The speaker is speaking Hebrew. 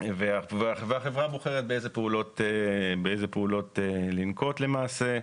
והחברה בוחרת באיזה פעולות לנקוט למעשה.